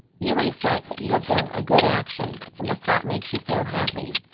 you reflect that you have done a good action, and the thought makes you feel happy.